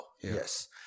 yes